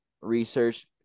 research